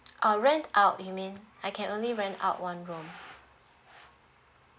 oh rent out you mean I can only rent out one room